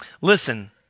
listen